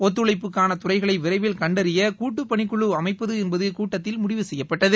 ஒத்துழைப்புக்கான துறைகளை விரைவில் கண்டறிய கூட்டுப் பணிக்குழு அமைப்பது என்பது கூட்டத்தில் முடிவு செய்யப்பட்டது